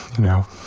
now